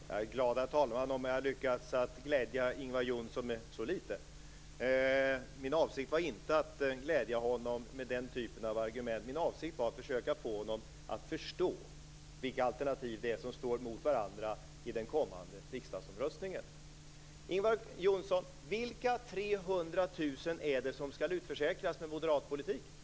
Herr talman! Jag är glad om jag lyckats glädja Ingvar Johnsson med så litet. Min avsikt med den typen av argument var inte att glädja honom, utan att försöka få honom att förstå vilka alternativ som står emot varandra i den kommande riksdagsomröstningen. Ingvar Johnsson! Vilka 300 000 är det som skall utförsäkras med moderat politik?